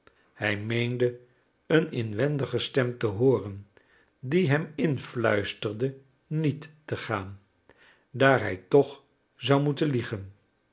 hij meende een inwendige stem te hooren die hem influisterde niet te gaan daar hij toch zou moeten liegen